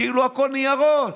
כאילו הכול ניירות.